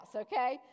okay